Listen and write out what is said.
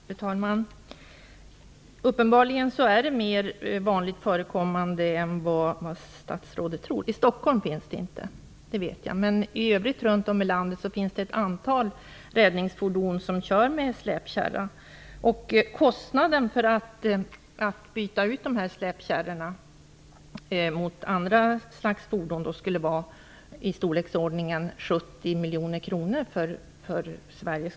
Fru talman! Uppenbarligen är det mer vanligt förekommande med släpkärror än vad statsrådet tror. I Stockholm vet jag att det inte förekommer. Men i landet i övrigt finns det ett antal räddningsfordon som kör med släpkärra. Kostnaden för att byta ut släpkärrorna mot andra slags fordon skulle för Sveriges kommuner bli i storleksordningen 70 miljoner kronor.